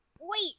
wait